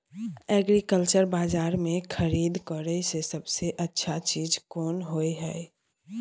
Agriculture बाजार में खरीद करे से सबसे अच्छा चीज कोन होय छै?